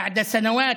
מה שמהווה,